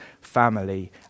family